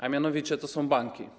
A mianowicie to są banki.